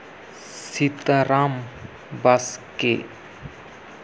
Sitaram Baske